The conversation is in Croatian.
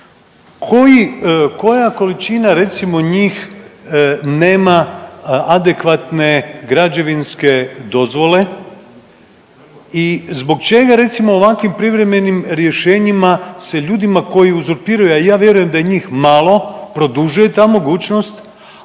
koja količina recimo njih nema adekvatne građevinske dozvole i zbog čega recimo u ovakvim privremenim rješenjima se ljudima koji uzurpiraju, a ja vjerujem da je njim malo produžuje ta mogućnost,